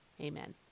Amen